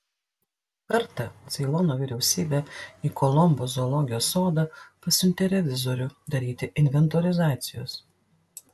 kartą ceilono vyriausybė į kolombo zoologijos sodą pasiuntė revizorių daryti inventorizacijos